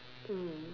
mm